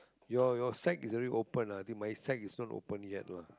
your your side is already open lah my side is not open yet what